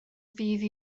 ddydd